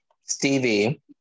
stevie